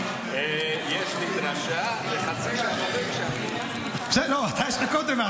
יש לי דרשה --- לא, לך הייתה קודם.